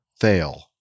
fail